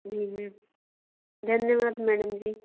जी ma'am धन्यबाद madam जी